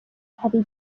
heavy